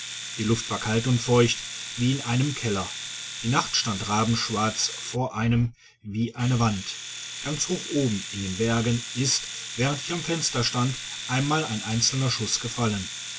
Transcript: die luft war kalt und feucht wie in einem keller die nacht stand rabenschwarz vor einem wie eine wand ganz hoch oben in den bergen ist während ich am fenster stand einmal ein einzelner schuß gefallen